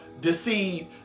deceive